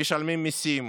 משלמים מיסים,